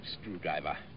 screwdriver